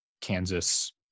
Kansas